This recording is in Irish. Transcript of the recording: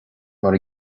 mar